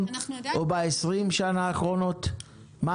בדוח היציבות האחרון בדקנו את